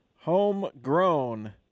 Homegrown